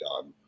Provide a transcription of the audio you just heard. done